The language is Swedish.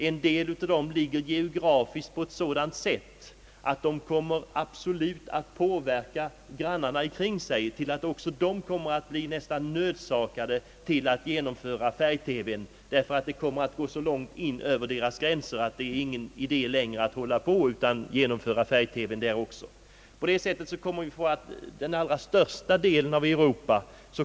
En del av dem ligger geografiskt så till att grannländerna blir nödsakade att införa färg TV. Programmen kommer att nå så långt utanför de förstnämnda ländernas gränser, att det inte är någon mening för de andra länderna att stå utanför. På det sättet kommer färg-TV inom kort tid att finnas i den allra största delen av Europa.